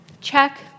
check